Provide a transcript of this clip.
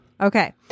Okay